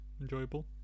enjoyable